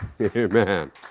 Amen